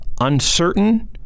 uncertain